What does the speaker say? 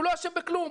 הוא לא אשם בכלום,